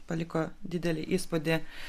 paliko didelį įspūdį